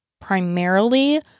primarily